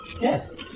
Yes